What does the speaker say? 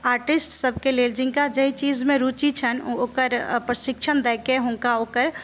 artist सभकेँ लेल जिनका जाहि चीजमे रुचि छनि ओ ओकर प्रशिक्षण देकेँ हुनका ओकर